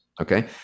okay